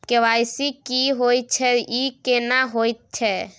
KYC की होय छै, ई केना होयत छै?